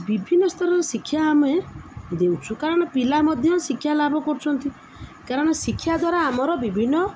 ବିଭିନ୍ନ ସ୍ତରରେ ଶିକ୍ଷା ଆମେ ଦେଉଛୁ କାରଣ ପିଲା ମଧ୍ୟ ଶିକ୍ଷା ଲାଭ କରୁଛନ୍ତି କାରଣ ଶିକ୍ଷା ଦ୍ୱାରା ଆମର ବିଭିନ୍ନ